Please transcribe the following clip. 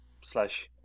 slash